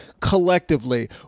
collectively